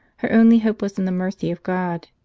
her only hope was in the mercy of god.